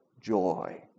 joy